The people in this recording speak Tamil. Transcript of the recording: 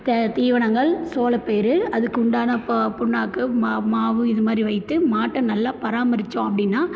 க தீவனங்கள் சோளப்பயிர் அதுக்கு உண்டான ப புண்ணாக்கு ம மாவு இது மாதிரி வைத்து மாட்டை நல்லா பராமரித்தோம் அப்படினா